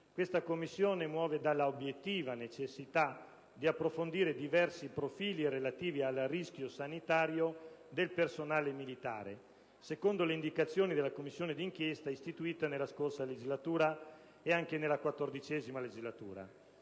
queste svolgono. Essa muove dall'obiettiva necessità di approfondire diversi profili relativi al rischio sanitario del personale militare, secondo le indicazioni delle Commissioni d'inchiesta istituite nella scorsa legislatura e anche nella XIV. In particolare,